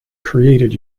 created